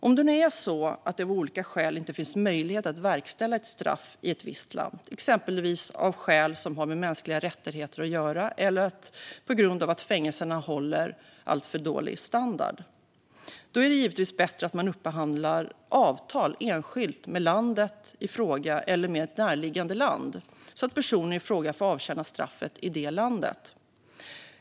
Om det nu är så att det av olika skäl inte finns möjlighet att verkställa ett straff i ett visst land, exempelvis av skäl som har med mänskliga rättigheter att göra eller på grund av att fängelserna håller alltför dålig standard, är det givetvis bättre att man upphandlar avtal enskilt med landet i fråga eller med ett närliggande land, så att personen i fråga får avtjäna straffet i det landet.